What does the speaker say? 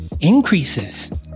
increases